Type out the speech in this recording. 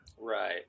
Right